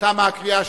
ולכן הן מתייתרות.